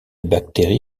bactérie